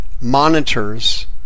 monitors